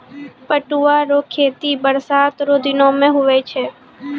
पटुआ रो खेती बरसात रो दिनो मे हुवै छै